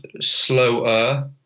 slower